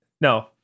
No